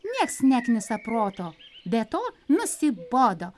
nieks neknisa proto be to nusibodo